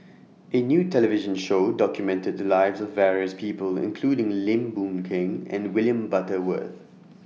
A New television Show documented The Lives of various People including Lim Boon Keng and William Butterworth